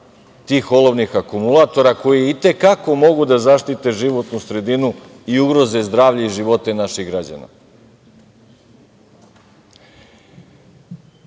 tih olovnih akumulatora koji i te kako mogu da zaštite životnu sredinu i ugroze zdravlje i živote naših građana? Tačno